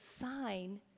sign